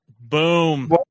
Boom